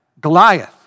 Goliath